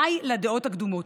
די לדעות הקדומות.